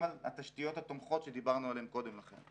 על התשתיות התומכות שדיברנו עליהן קודם לכן.